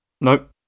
Nope